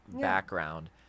background